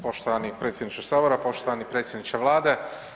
Poštovani predsjedniče Sabora, poštovani predsjedniče Vlade.